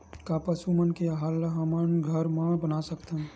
का पशु मन के आहार ला हमन घर मा बना सकथन?